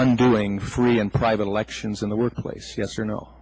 undoing free and private elections in the workplace yes or no